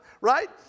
right